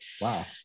Wow